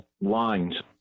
lines